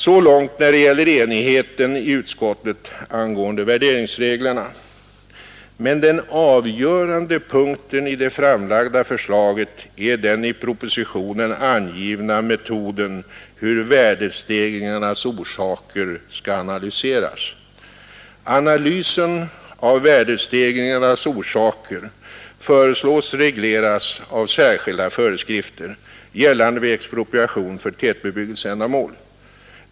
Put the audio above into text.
Så långt när det gäller enigheten i utskottet angående värderingsreglerna. Men den avgörande punkten i det framlagda förslaget är den i propositionen angivna metoden hur värdestegringarnas orsaker skall analyseras. Analysen av värdestegringarnas orsaker föreslås regleras av särskilda föreskrifter, gällande vid expropriation för tätbebyggelseändamål.